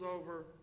over